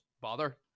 bother